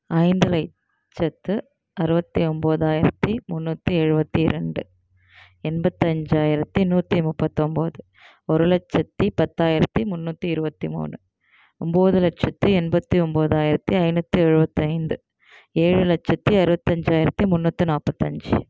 ஐந்து லட்சத்து அறுவத்து ஒம்போதாயிரத்து முன்னூற்றி எழுபத்தி ரெண்டு எண்பத்தஞ்சாயிரத்து நூற்றி முப்பத்தொம்பது ஒரு லட்சத்து பத்தாயரத்து முன்னூற்றி இருபத்தி மூணு ஒம்பது லட்சத்து எண்பத்து ஒம்போதாயிரத்து ஐநூற்றி எழுபத்தைந்து ஏழு லட்சத்து அறுபதஞ்சாயரத்தி முன்னூற்று நாற்பத்தஞ்சி